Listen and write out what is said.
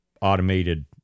automated